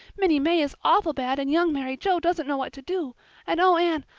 minnie may is awful bad and young mary joe doesn't know what to do and oh, anne,